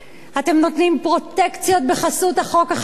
אתם נותנים פרוטקציות בחסות החוק החדש